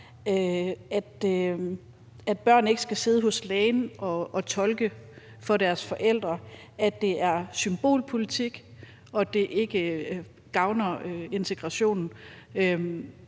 at børn ikke skal sidde hos lægen og tolke for deres forældre, at det er symbolpolitik, og at det ikke gavner integrationen.